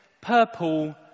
purple